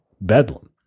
bedlam